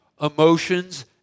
emotions